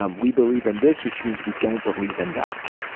um we believe in this, which means we don't believe in that.